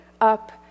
up